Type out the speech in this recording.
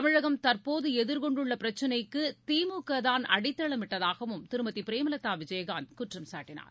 தமிழகம் தற்போது எதிர்கொண்டுள்ள பிரச்சினைக்கு திமுக தான் அடித்தளமிட்டதாகவும் திருமதி பிரேமலதா விஜயகாந்த் குற்றம்சாட்டினார்